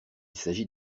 s’agit